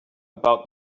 about